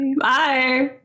Bye